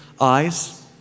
eyes